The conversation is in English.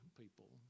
people